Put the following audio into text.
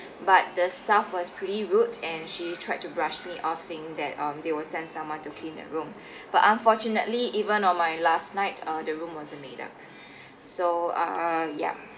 but the staff was pretty rude and she tried to brushed me off saying that um they will send someone to clean the room but unfortunately even on my last night uh the room wasn't made up so uh ya